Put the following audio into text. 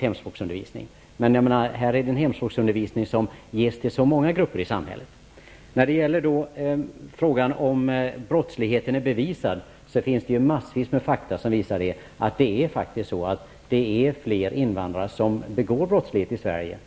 hemspråksundervisning förbehållen. Men här handlar det om en hemspråksundervisning som ges till många grupper i samhället. När det gäller frågan om huruvida brottsligheten är bevisad kan jag säga att det finns en mängd fakta som visar att det faktiskt är fler bland invandrarna som begår brott i Sverige.